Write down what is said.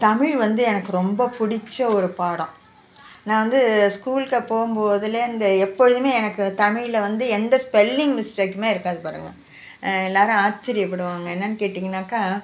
தமிழ் வந்து எனக்கு ரொம்ப பிடிச்ச ஒரு பாடம் நான் வந்து ஸ்கூலுக்கு போகும் போதிலிருந்து எப்பொழுதுமே எனக்கு தமிழில் வந்து எந்த ஸ்பெல்லிங் மிஸ்டேக்குமே இருக்காது பாருங்க எல்லாேரும் ஆச்சரியபடுவாங்க என்னென்னு கேட்டிங்கன்னாக்கால்